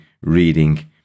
reading